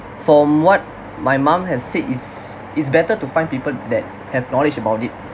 from what my mum have said it's it's better to find people that have knowledge about it